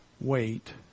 wait